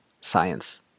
science